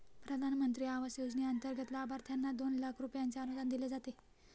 प्रधानमंत्री आवास योजनेंतर्गत लाभार्थ्यांना दोन लाख रुपयांचे अनुदान दिले जाते